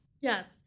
Yes